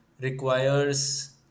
requires